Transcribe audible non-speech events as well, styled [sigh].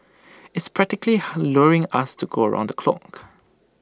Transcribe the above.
it's practically [unintelligible] luring us to go round the clock